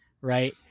right